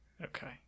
okay